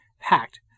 Packed